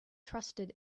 trusted